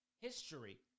history